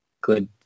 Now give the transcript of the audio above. good